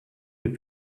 les